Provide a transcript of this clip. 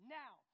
now